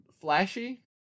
flashy